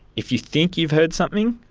if you think you've heard something,